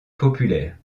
populaire